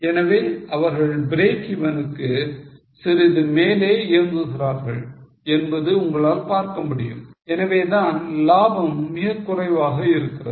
எனவே அவர்கள் breakeven க்கு சிறிது மேலே இயங்குகிறார்கள் என்பது உங்களால் பார்க்க முடியும் எனவேதான் லாபம் மிகக் குறைவாக இருக்கிறது